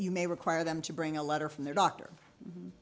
you may require them to bring a letter from their doctor